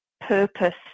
purpose